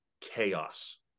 chaos